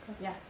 Yes